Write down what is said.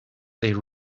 they